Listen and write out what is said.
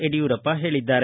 ಯಡಿಯೂರಪ್ಪ ಹೇಳಿದ್ದಾರೆ